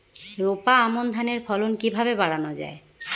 রোপা আমন ধানের ফলন কিভাবে বাড়ানো যায়?